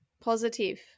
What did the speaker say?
positive